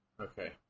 Okay